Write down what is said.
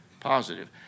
Positive